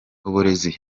uburezi